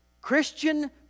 Christian